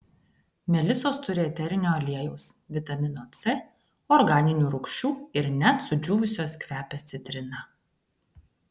melisos turi eterinio aliejaus vitamino c organinių rūgščių ir net sudžiūvusios kvepia citrina